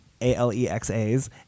A-L-E-X-A's